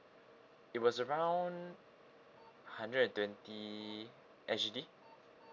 it was around hundred and twenty S_G_D